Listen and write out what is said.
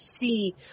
see